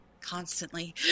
Constantly